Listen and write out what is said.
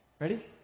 ready